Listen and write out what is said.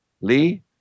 Lee